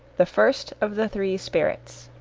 the first of the three spirits